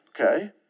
okay